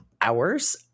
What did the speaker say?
hours